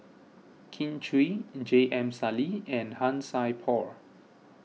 Kin Chui and J M Sali and Han Sai Por